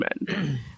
men